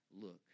Look